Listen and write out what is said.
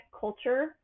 culture